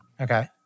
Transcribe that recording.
Okay